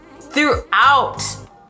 throughout